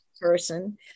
person